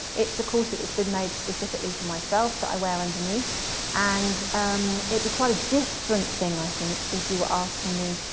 it's a corset that's been made specifically for myself that i wear underneath and um it would be quite a different thing i think, if you were asking me,